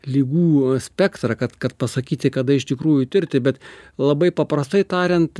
ligų spektrą kad kad pasakyti kada iš tikrųjų tirti bet labai paprastai tariant